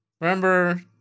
Remember